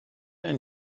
and